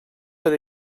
per